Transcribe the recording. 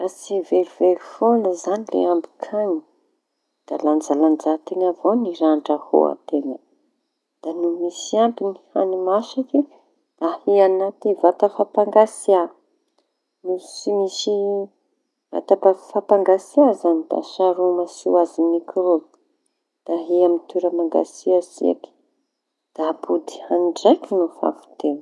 Mba tsy verivery foaña zañy le ambin-kañina. Da lanjalanja teña avao ny raha andrahoa teña da ny misy ambiñy ny hañi-masaky. Da ahia añaty vata fampangatsia no tsy misy vata fampatsiaha zañy. Da saroma tsy ho azoñy mikraoba da ahia amy toera mangatsiatsiaky da ampody hañi ndraiky no fa avy teo.